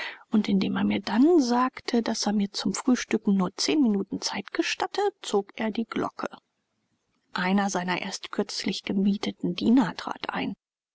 und indem er mir dann sagte daß er mir zum frühstücken nur zehn minuten zeit gestatte zog er die glocke einer seiner erst kürzlich gemieteten diener trat ein